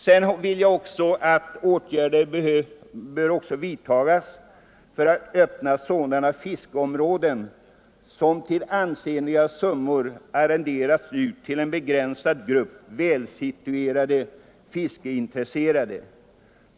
Jag anser också att åtgärder bör vidtas för att öppna sådana fiskeområden som för ansenliga summor arrenderats ut till en begränsad grupp välsituerade fiskeintresserade.